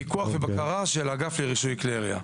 פיקוח ובקרה של האגף לרישוי כלי ירייה.